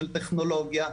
של טכנולוגיה.